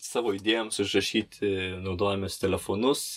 savo idėjoms užrašyti naudojamės telefonus